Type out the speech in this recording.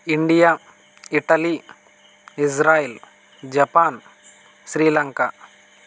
India Italy Israel Japan Sri Lanka